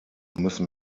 müssen